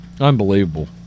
Unbelievable